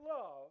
love